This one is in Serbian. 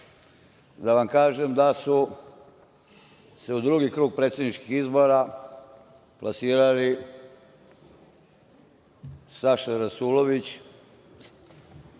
da vam kažem da su se u drugi krug predsedničkih izbora plasirali Saša Rasulović